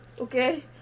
okay